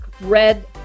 red